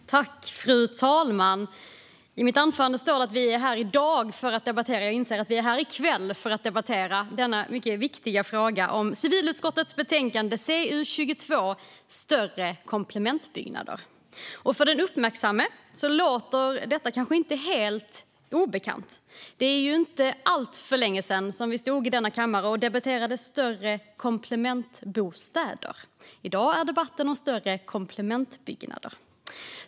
Större komplement-byggnader Fru talman! I mitt anförande har jag skrivit att vi står här i dag för att debattera, men jag inser att vi står här i kväll för att debattera denna mycket viktiga fråga som behandlas i civilutskottets betänkande CU22 Större komplementbyggnader . För den uppmärksamme låter detta kanske inte helt obekant. Det är inte alltför länge sedan som vi stod i kammaren och debatterade större komplementbostäder. I dag gäller debatten större komplementbyggnader.